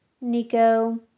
Nico